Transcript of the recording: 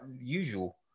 usual